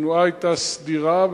התנועה היתה סדירה,